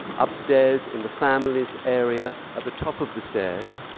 upstairs in the families area, at the top of the stairs.